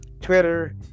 Twitter